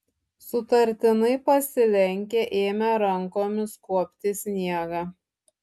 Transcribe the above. sutartinai pasilenkę ėmė rankomis kuopti sniegą